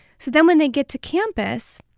so then when they get to campus,